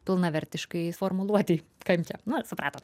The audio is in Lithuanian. pilnavertiškai formuluotei kančią na supratot